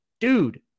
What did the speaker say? Dude